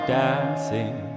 dancing